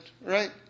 right